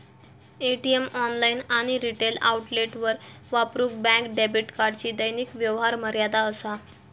ATM, online आणि retail आउटलेटवर वापरूक बँक डेबिट कार्डची दैनिक व्यवहार मर्यादा असा